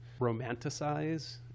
romanticize